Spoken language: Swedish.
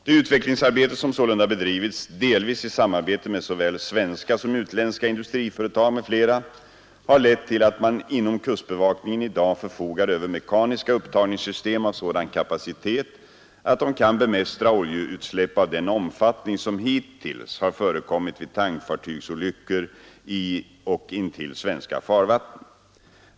Det utvecklingsarbete som sålunda bedrivits, delvis i samarbete med såväl svenska som utländska industriföretag m.fl., har lett till att man inom kustbevakningen i dag förfogar över mekaniska upptagningssystem av sådan kapacitet att de kan bemästra oljeutsläpp av den omfattning som hittills har förekommit vid tankfartygsolyckor i och intill svenska farvatten.